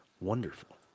wonderful